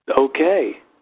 okay